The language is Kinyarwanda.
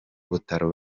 butaro